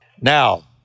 Now